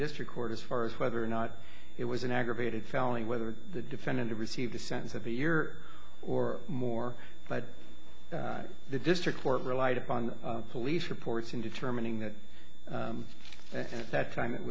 district court as far as whether or not it was an aggravated felony whether the defendant received a sense of a year or more but the district court relied upon the police reports in determining that and at that time it